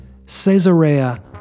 Caesarea